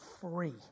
free